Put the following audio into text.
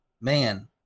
man